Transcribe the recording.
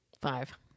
five